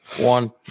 one